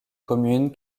communes